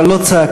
אבל לא צעקנית.